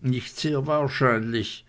nicht sehr wahrscheinlich